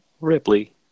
Ripley